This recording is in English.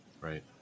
Right